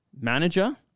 manager